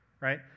Right